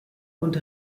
und